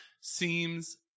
Seems